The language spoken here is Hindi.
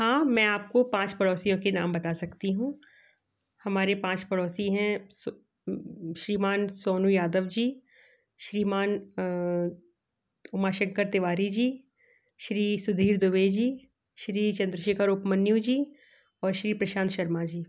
हाँ मैं आपको पाँच पड़ोसियों के नाम बता सकती हुँ हमारे पाँच पड़ोसी हैं श्रीमान सोनू यादव जी श्रीमान उमा शंकर तिवारी जी श्री सुधीर दुबे जी श्री चंद्रशेखर उपमन्यु जी और श्री प्रशांत शर्मा ज़ी